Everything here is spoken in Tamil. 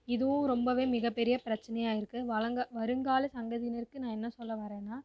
இதுவும் ரொம்பவே மிகப்பெரிய பிரச்சனையாக இருக்கு வழங்கா வருங்கால சந்ததியினருக்கு நான் என்ன சொல்ல வரன்னா